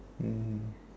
mm